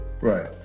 Right